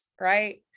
Right